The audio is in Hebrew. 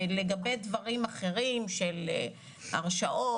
לגבי דברים אחרים של הרשאות,